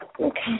Okay